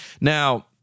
Now